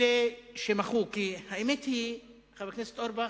אלה שמחו, כי האמת היא, חבר הכנסת אורבך,